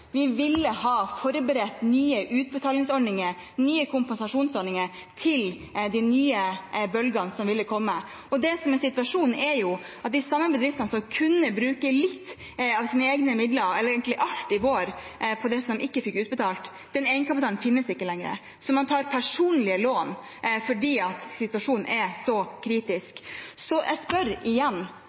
vi ville ha forberedt nye utbetalingsordninger, nye kompensasjonsordninger opp mot de nye bølgene som ville komme. Det som er situasjonen, er at de samme bedriftene som kunne bruke litt av sine egne midler, eller egentlig alt i vår, til det som man ikke fikk utbetalt, har ikke den egenkapitalen lenger, så man tar opp personlige lån fordi situasjonen er så kritisk. Så jeg spør igjen: